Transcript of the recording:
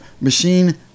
machine